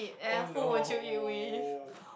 oh no oh